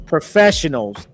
professionals